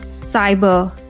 cyber